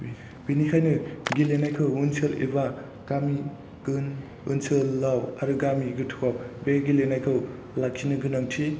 बेनिखायनो गेलेनायखौ ओनसोल एबा गामि एबा ओनसोलाव आरो गामि गोथौआव बे गेलेनायखौ लाखिनो गोनांथि